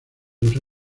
usa